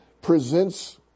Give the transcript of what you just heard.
presents